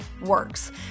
works